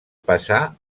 passà